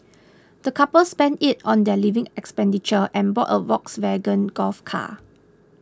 the couple spent it on their living expenditure and bought a Volkswagen Golf car